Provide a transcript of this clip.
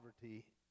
poverty